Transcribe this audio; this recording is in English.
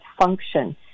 function